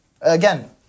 Again